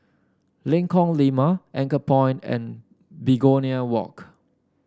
Lengkong Lima Anchorpoint and Begonia Walk